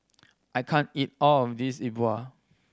I can't eat all of this E Bua